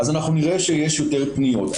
אנחנו נראה שיש יותר פניות.